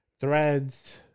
Threads